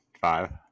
five